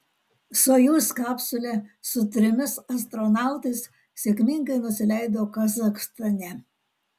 sojuz kapsulė su trimis astronautais sėkmingai nusileido kazachstane